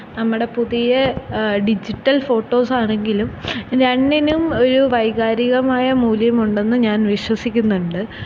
നമ്മുടെ പുതിയ ഡിജിറ്റൽ ഫോട്ടോസാണെങ്കിലും രണ്ടിനും ഒരു വൈകാരികമായ മൂല്യമുണ്ടെന്നു ഞാൻ വിശ്വസിക്കുന്നുണ്ട്